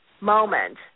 moment